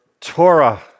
Torah